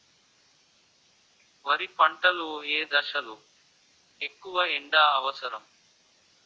వరి పంట లో ఏ దశ లొ ఎక్కువ ఎండా అవసరం?